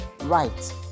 right